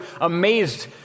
amazed